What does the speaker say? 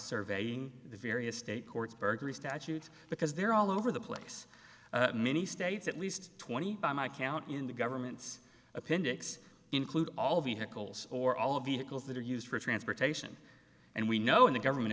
surveying the various state courts burglary statute because they're all over the place many states at least twenty by my count in the government's appendix include all vehicles or all vehicles that are used for transportation and we know in the government